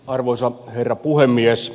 arvoisa herra puhemies